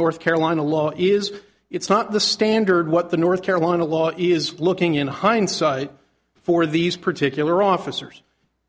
north carolina law is it's not the standard what the north carolina law is looking in hindsight for these particular officers